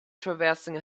traversing